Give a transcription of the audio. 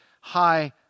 high